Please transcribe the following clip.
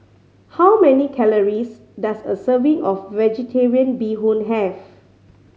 how many calories does a serving of Vegetarian Bee Hoon have